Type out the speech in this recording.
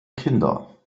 kinder